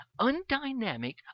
undynamic